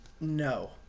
no